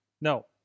No